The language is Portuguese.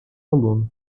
aluno